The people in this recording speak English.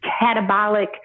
catabolic